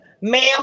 ma'am